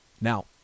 now